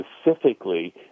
specifically